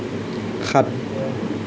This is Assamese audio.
সাত